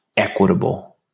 Equitable